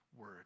word